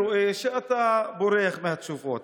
אירוע ביטחוני במעבר מיתר.